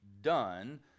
done